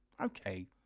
okay